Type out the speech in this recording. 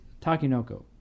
Takinoko